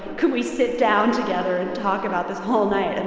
can we sit down together and talk about this whole night? and,